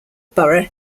boro